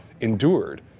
endured